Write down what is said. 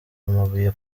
amabuye